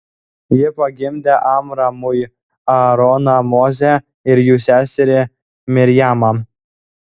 ji pagimdė amramui aaroną mozę ir jų seserį mirjamą